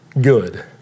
good